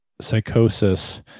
psychosis